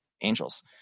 Angels